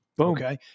Okay